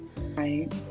Right